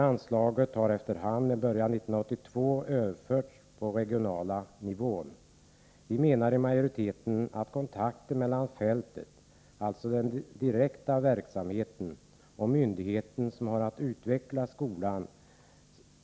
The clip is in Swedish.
Anslaget har efter hand, med början 1982, överförts till den regionala nivån. Utskottsmajoriteten menar att vi skall slå vakt om kontakten mellan fältet — alltså den direkta verksamheten — och den myndighet som har att utveckla skolan.